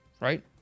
right